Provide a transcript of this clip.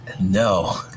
No